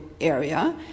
area